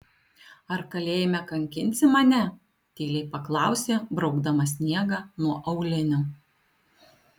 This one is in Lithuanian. ar kalėjime kankinsi mane tyliai paklausė braukdama sniegą nuo aulinių